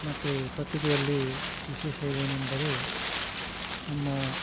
ಮತ್ತೆ ಸ್ವಚ್ಛತೆಯಲ್ಲಿ ವಿಶೇಷವೇನೆಂದರೆ ನಮ್ಮ